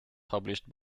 published